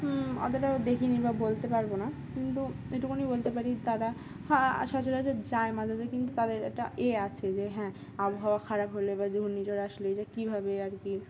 অতটাও দেখিনি বা বলতে পারবো না কিন্তু এইটুকুনি বলতে পারি তারা সচরাচর যায় মাঝে মাঝে কিন্তু তাদের একটা ইয়ে আছে যে হ্যাঁ আবহাওয়া খারাপ হলে বা ঘুর্ণি ঝড় আসলে এই যে কীভাবে আর কি